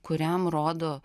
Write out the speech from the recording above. kuriam rodo